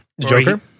Joker